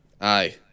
Aye